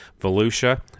volusia